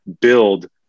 build